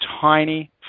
tiny